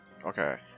Okay